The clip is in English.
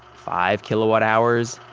five kilowatt hours,